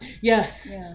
Yes